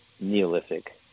Neolithic